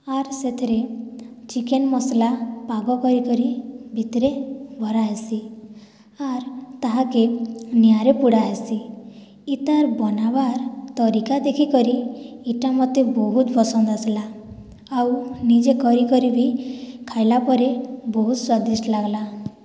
ଆର୍ ସେଥିରେ ଚିକେନ୍ ମସଲା ପାଗ କରି କରି ଭିତରେ ଭରାହେସି ଆର୍ ତାହାକେ ନିଆରେ ପୁଡ଼ା ହେସି ଇତାର୍ ବନାବାର୍ ତରିକା ଦେଖି କରି ଏଇଟା ମୋତେ ବହୁତ୍ ପସନ୍ଦ ଆସିଲା ଆଉ ନିଜେ କରି କରି ବି ଖାଇଲା ପରେ ବହୁତ୍ ସ୍ଵାଦିଷ୍ଟ ଲାଗ୍ଲା